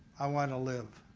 i want to live.